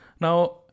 now